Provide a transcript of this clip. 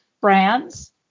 Brands